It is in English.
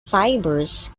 fibers